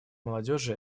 молодежи